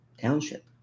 township